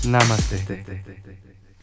Namaste